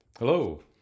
Hello